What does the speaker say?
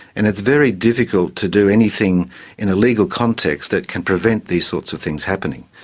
and it's very difficult to do anything in a legal context that can prevent these sorts of things happening.